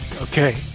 Okay